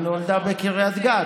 היא נולדה בקריית גת.